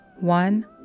One